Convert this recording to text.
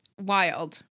Wild